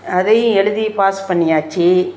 அதையும் எழுதி பாஸ் பண்ணியாச்சு